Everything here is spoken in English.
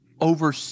over